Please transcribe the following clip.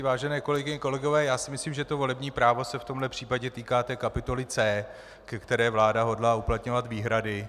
Vážené kolegyně, kolegové, já si myslím, že to volební právo se v tomhle případě týká kapitoly C, ke které vláda hodlá uplatňovat výhrady.